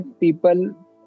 people